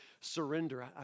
surrender